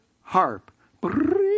harp